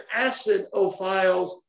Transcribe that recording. acidophiles